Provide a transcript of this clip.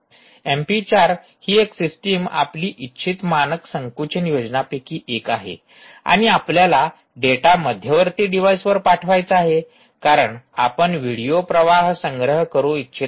MP 4 ही एक system आपली इच्छित मानक संकुचन योजनांपैकी एक आहे आणि आपल्याला डेटा मध्यवर्ती डिव्हाइसवर पाठवायचा आहे कारण आपण व्हिडिओ प्रवाह संग्रहित करू इच्छित आहात